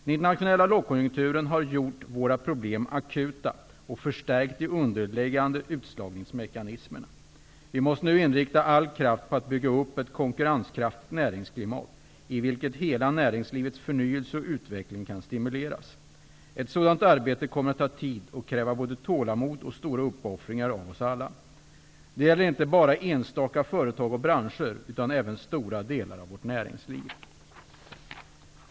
Den internationella lågkonjunkturen har gjort våra problem akuta och förstärkt de underliggande utslagningsmekanismerna. Vi måste nu inrikta all kraft på att bygga upp ett konkurrenskraftigt näringsklimat i vilket hela näringslivets förnyelse och utveckling kan stimuleras. Ett sådant arbete kommer att ta tid och kräva både tålamod och stora uppoffringar av oss alla. Det gäller inte bara enstaka företag och branscher, utan även stora delar av vårt näringsliv.